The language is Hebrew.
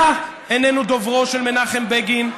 אתה איננו דוברו של מנחם בגין.